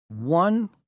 One